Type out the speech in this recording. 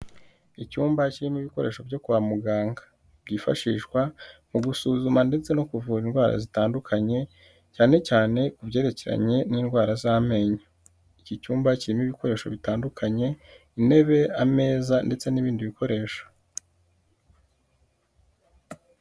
Icyumba kirimo ibikoresho byo kwa muganga, byifashishwa mu gusuzuma ndetse no kuvura indwara zitandukanye, cyane cyane ku byerekeranye n'indwara z'amenyo, iki cyumba kirimo ibikoresho bitandukanye, intebe, ameza ndetse n'ibindi bikoresho.